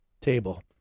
Table